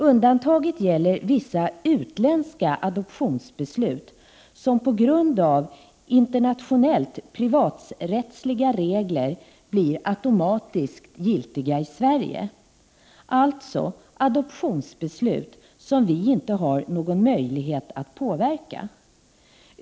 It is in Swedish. Undantaget gäller vissa utländska adoptionsbeslut som på grund av internationellt privaträttsliga regler blir automatiskt giltiga i Sverige. Det är alltså adoptionsbeslut som vi inte har någon möjlighet att påverka.